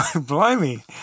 Blimey